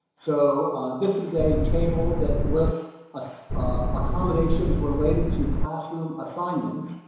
so this is a table that with ah accommodations related to classroom assignment,